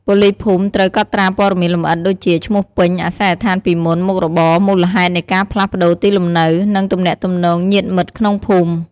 ប៉ូលីសភូមិត្រូវ កត់ត្រាព័ត៌មានលម្អិតដូចជា ឈ្មោះពេញ អាសយដ្ឋានពីមុន មុខរបរ មូលហេតុនៃការផ្លាស់ប្តូរទីលំនៅ និងទំនាក់ទំនងញាតិមិត្តក្នុងភូមិ ។